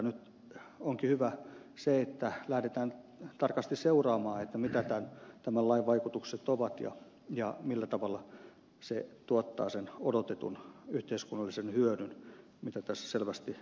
nyt onkin hyvä se että lähdetään tarkasti seuraamaan mitkä tämän lain vaikutukset ovat ja millä tavalla se tuottaa sen odotetun yhteiskunnallisen hyödyn mitä tässä selvästi haetaan